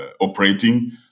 operating